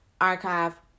Archive